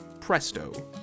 Presto